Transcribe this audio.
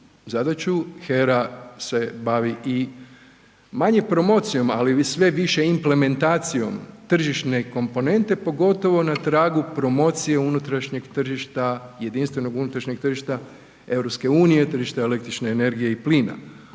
zadaću, HERA se bavi i manje promocijom ali sve više implementacijom tržišne komponente pogotovo na tragu promocije unutrašnjeg tržišta, jedinstvenog unutrašnjeg tržišta EU-a, tržišta električne energije plina.